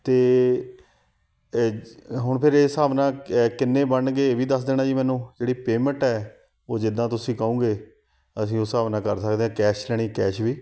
ਅਤੇ ਏਜ ਹੁਣ ਫਿਰ ਇਸ ਹਿਸਾਬ ਨਾਲ ਕਿੰਨੇ ਬਣਨਗੇ ਇਹ ਵੀ ਦੱਸ ਦੇਣਾ ਜੀ ਮੈਨੂੰ ਜਿਹੜੀ ਪੇਮੈਂਟ ਹੈ ਉਹ ਜਿੱਦਾਂ ਤੁਸੀਂ ਕਹੋਗੇ ਅਸੀਂ ਉਸ ਹਿਸਾਬ ਨਾਲ ਕਰ ਸਕਦੇ ਹਾਂ ਕੈਸ਼ ਲੈਣੀ ਕੈਸ਼ ਵੀ